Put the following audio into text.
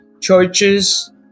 churches